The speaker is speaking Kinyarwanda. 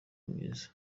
mwiza